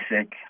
sick